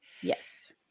Yes